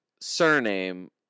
surname